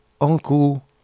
Uncle